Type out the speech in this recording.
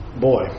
Boy